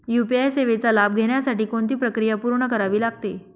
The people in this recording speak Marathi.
यू.पी.आय सेवेचा लाभ घेण्यासाठी कोणती प्रक्रिया पूर्ण करावी लागते?